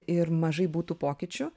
ir mažai būtų pokyčių